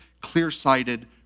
clear-sighted